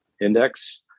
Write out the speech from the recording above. index